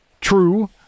true